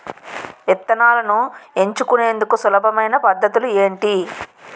విత్తనాలను ఎంచుకునేందుకు సులభమైన పద్ధతులు ఏంటి?